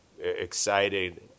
exciting